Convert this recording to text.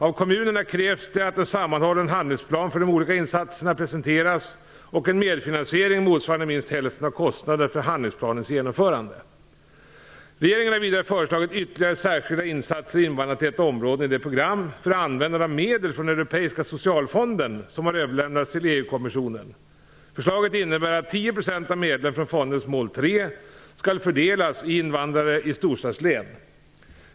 Av kommunerna krävs det att en sammanhållen handlingsplan för de olika insatserna presenteras och en medfinansiering motsvarande minst hälften av kostnaderna för handlingsplanens genomförande. Regeringen har vidare föreslagit ytterligare särskilda insatser i invandrartäta områden i det program för användning av medel från Europeiska socialfonden som har överlämnats till EU-kommissionen. Förslaget innebär att 10 % av medlen från fondens mål 3 skall fördelas till invandrare i storstadslän.